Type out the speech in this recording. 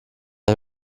der